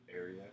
area